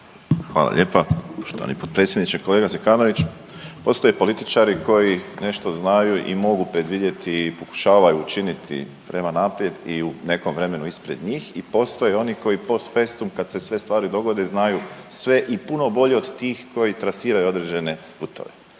Hvala lijepa poštovani potpredsjedniče. Kolega Zekanović postoje političari koji nešto znaju i mogu predvidjeti i pokušavaju učiniti prema naprijed i u nekom vremenu ispred njih i postoje oni koji post festum kad se sve stvari dogode znaju sve i puno bolje od tih koji trasiraju određene putove.